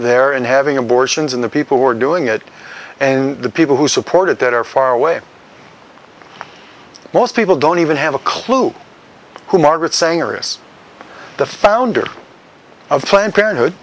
there and having abortions in the people who are doing it and the people who supported that are far away most people don't even have a clue who margaret sanger is the founder of planned parenthood